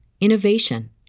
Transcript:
innovation